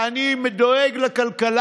ואני דואג לכלכלה.